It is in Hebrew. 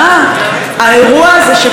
האירוע הזה שקורה פה עכשיו,